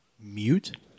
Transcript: Mute